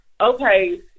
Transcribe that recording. Okay